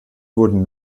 wurden